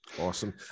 Awesome